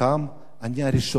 אני הראשון, טוב.